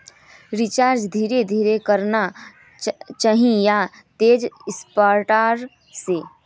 सिंचाई धीरे धीरे करना चही या तेज रफ्तार से?